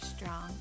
strong